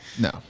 no